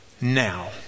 now